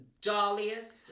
Jolliest